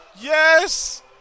yes